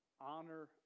honor